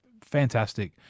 fantastic